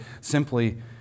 simply